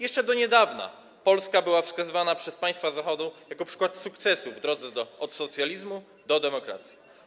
Jeszcze do niedawna Polska była wskazywana przez państwa Zachodu jako przykład sukcesu w drodze od socjalizmu do demokracji.